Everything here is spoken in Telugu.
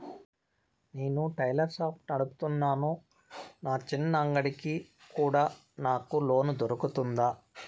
నేను టైలర్ షాప్ నడుపుతున్నాను, నా చిన్న అంగడి కి కూడా నాకు లోను దొరుకుతుందా?